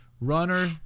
runner